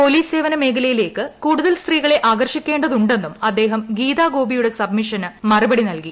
police സേവനമേഖലയിലേക്ക് കൂടുതൽ സ്ത്രീകളെ ആകർഷിക്കേണ്ടതുണ്ടെന്നും അദ്ദേഹം ഗീതാഗോപിയുടെ സബ്മിഷന് മറുപടി നൽകി